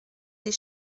des